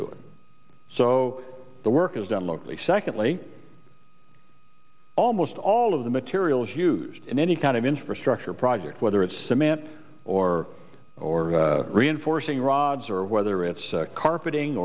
do it so the work is done locally secondly almost all of the materials used in any kind of infrastructure project whether it's cement or or reinforcing rods or whether it's carpeting